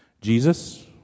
Jesus